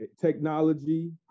technology